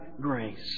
grace